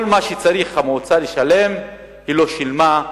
כל מה שצריכה המועצה לשלם היא לא שילמה,